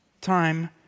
time